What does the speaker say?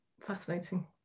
fascinating